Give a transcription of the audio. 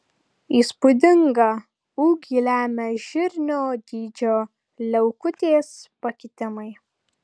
įspūdingą ūgį lemia žirnio dydžio liaukutės pakitimai